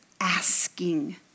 asking